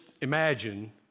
imagine